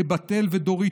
לבת אל ודורית,